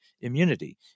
immunity